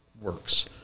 works